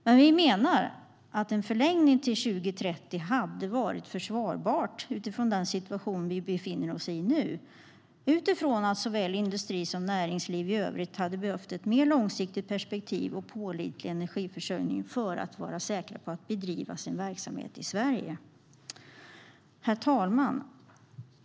Men vi menar att en förlängning till år 2030 hade varit försvarbar utifrån den situation som vi befinner oss i nu och utifrån att såväl industri som näringsliv i övrigt hade behövt ett mer långsiktigt perspektiv och en pålitlig energiförsörjning för att vara säkra på att kunna bedriva sin verksamhet i Sverige. Herr talman!